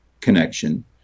connection